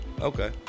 Okay